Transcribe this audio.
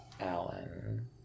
Alan